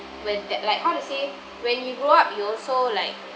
when that like how to say when you grow up you also like